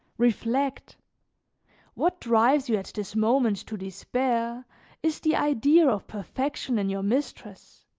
reflect what drives you at this moment to despair is the idea of perfection in your mistress,